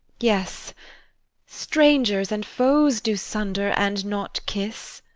yes strangers and foes do sunder and not kiss.